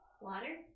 water